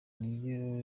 niyo